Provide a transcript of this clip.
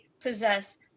possess